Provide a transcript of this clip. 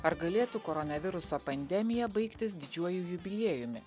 ar galėtų koronaviruso pandemija baigtis didžiuoju jubiliejumi